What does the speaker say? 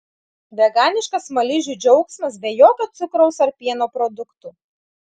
veganiškas smaližių džiaugsmas be jokio cukraus ar pieno produktų